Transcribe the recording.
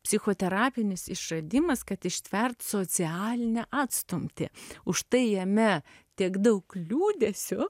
psichoterapinis išradimas kad ištvert socialinę atstumtį užtai jame tiek daug liūdesio